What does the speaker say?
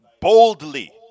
boldly